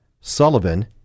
Sullivan